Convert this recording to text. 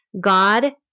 God